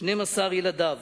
12 ילדיו,